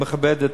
אני מכבד אותם.